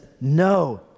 No